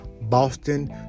Boston